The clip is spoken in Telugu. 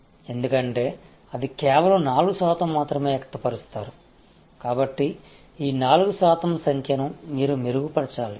ఎందుకంటే అది కేవలం 4 శాతం మాత్రమే వ్యక్తపరుస్తారు కాబట్టి ఈ 4 శాతం సంఖ్యను మీరు మెరుగుపరచాలి